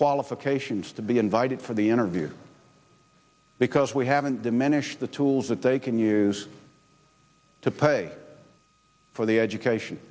qualifications to be invited for the interview because we haven't diminished the tools that they can use to pay for the education